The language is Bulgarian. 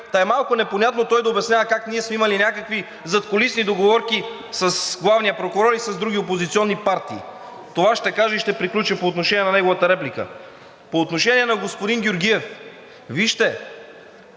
та е малко непонятно той да обяснява как ние сме имали някакви задкулисни договорки с главния прокурор и с други опозиционни партии. Това ще кажа и ще приключа по отношение на неговата реплика. По отношение на господин Георгиев. Вижте,